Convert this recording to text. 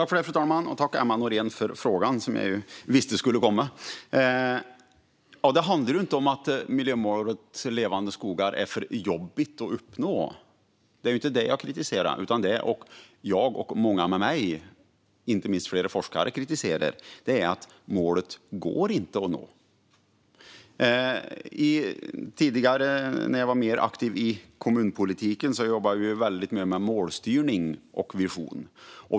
Fru talman! Tack, Emma Nohrén, för frågan! Jag visste att den skulle komma. Det handlar inte om att miljömålet Levande skogar är för jobbigt att uppnå. Det är inte det jag kritiserar, utan jag och många med mig - inte minst flera forskare - kritiserar att målet inte går att nå. Tidigare, när jag var mer aktiv i kommunpolitiken, jobbade vi väldigt mycket med målstyrning och vision.